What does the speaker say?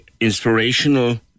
inspirational